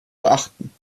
beachten